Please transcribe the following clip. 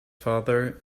father